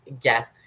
get